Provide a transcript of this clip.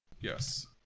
Yes